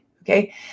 Okay